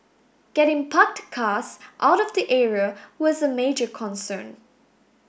getting parked cars out of the area was a major concern